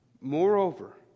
Moreover